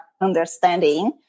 understanding